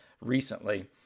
recently